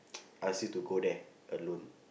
ask you to go there alone